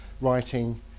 writing